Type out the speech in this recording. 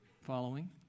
following